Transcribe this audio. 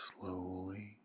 slowly